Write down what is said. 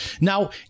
Now